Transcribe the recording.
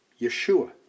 Yeshua